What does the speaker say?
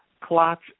clots